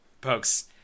Pokes